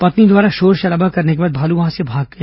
पत्नी द्वारा शोरशराबा करने के बाद भालू वहां से भाग गया